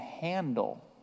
handle